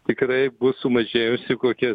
tikrai bus sumažėjusi kokia